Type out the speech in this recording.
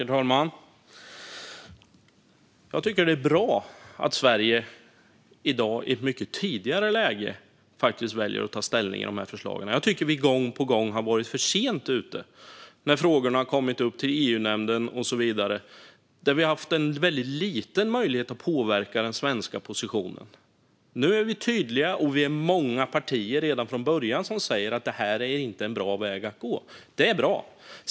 Herr talman! Jag tycker att det är bra att Sverige i dag i ett mycket tidigare läge faktiskt väljer att ta ställning till de här förslagen. Jag tycker att vi gång på gång har varit för sent ute. När frågorna har kommit till EU-nämnden har vi haft en väldigt liten möjlighet att påverka den svenska positionen. Nu är vi tydliga, och vi är många partier som redan från början säger att det här inte är en bra väg att gå. Det är bra!